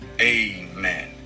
Amen